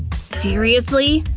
seriously?